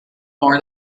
more